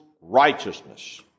righteousness